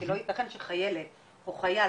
כי לא ייתכן שחיילת או חייל,